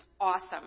awesome